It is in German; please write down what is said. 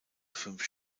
fünf